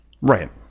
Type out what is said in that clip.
Right